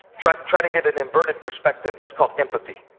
try try to get an inverted perspective. that's called empathy.